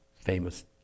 famous